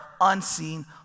unseen